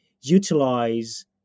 utilize